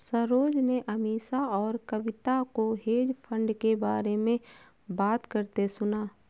सरोज ने अमीषा और कविता को हेज फंड के बारे में बात करते सुना